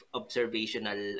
observational